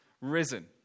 risen